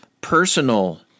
personal